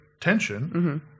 tension